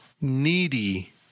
needy